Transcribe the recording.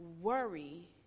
Worry